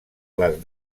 les